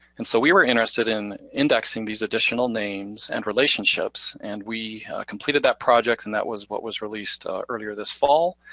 and so we were interested in indexing these additional names and relationships, and we completed that project and that was what was released earlier this fall,